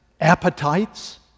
appetites